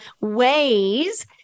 ways